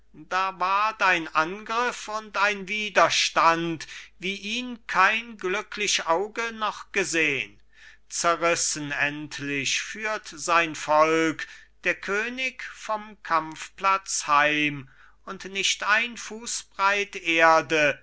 da ward ein angriff und ein widerstand wie ihn kein glücklich auge noch gesehn zerrissen endlich führt sein volk der könig vom kampfplatz heim und nicht ein fußbreit erde